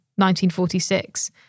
1946